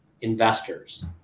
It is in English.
investors